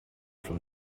from